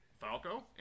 Falco